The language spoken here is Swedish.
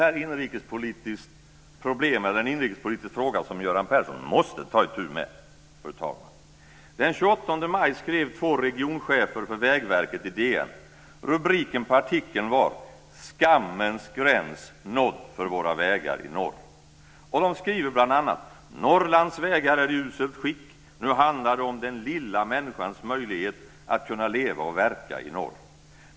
Jag ska ta upp en annan inrikespolitisk fråga som Göran Persson måste ta itu med. DN. Rubriken på artikeln var Skammens gräns nådd för vägar i norr. De skriver bl.a.: Norrlands vägar är i uselt skick. Nu handlar det om den lilla människans möjlighet att leva och verka i norr.